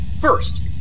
First